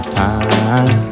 time